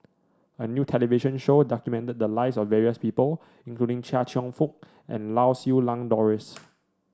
a new television show documented the lives of various people including Chia Cheong Fook and Lau Siew Lang Doris